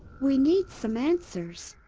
we need some answers.